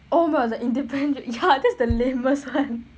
oh about the independent ya that's the lamest [one]